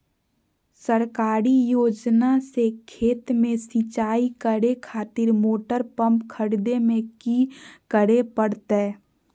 सरकारी योजना से खेत में सिंचाई करे खातिर मोटर पंप खरीदे में की करे परतय?